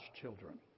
children